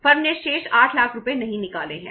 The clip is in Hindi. फर्म ने शेष 8 लाख रुपये नहीं निकाले हैं